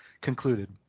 concluded